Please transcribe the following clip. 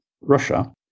Russia